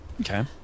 Okay